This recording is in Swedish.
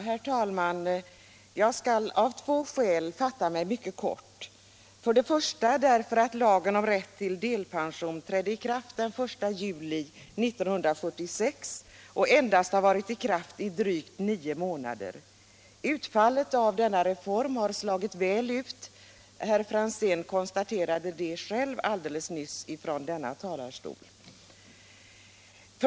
Herr talman! Av två skäl skall jag fatta mig mycket kort. Det första är att lagen om rätt till delpension trädde i kraft den-1 juli 1976 och alltså bara har varit i kraft i drygt nio månader. Utfallet av denna reform har varit gott. Det konstaterade herr Franzén själv alldeles nyss från denna talarstol.